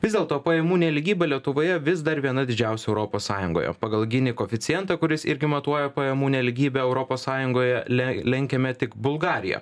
vis dėlto pajamų nelygybė lietuvoje vis dar viena didžiausių europos sąjungoje pagal gini koeficientą kuris irgi matuoja pajamų nelygybę europos sąjungoje le lenkiame tik bulgariją